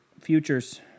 Futures